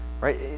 right